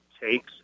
takes